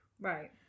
right